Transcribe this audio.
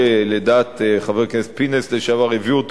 שלדעת חבר הכנסת פינס לשעבר הביאו אותו